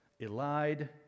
elide